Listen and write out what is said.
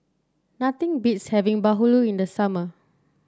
nothing beats having bahulu in the summer